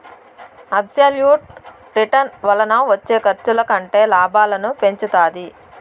absolute return వలన వచ్చే ఖర్చుల కంటే లాభాలను పెంచుతాది